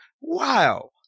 wow